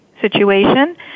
situation